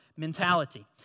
Mentality